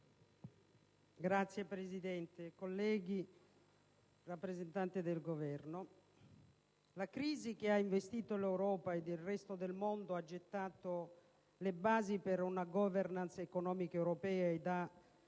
colleghi, onorevole rappresentante del Governo, la crisi che ha investito l'Europa ed il resto del mondo ha gettato le basi per una *governance* economica europea ed ha